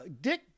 Dick